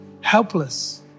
helpless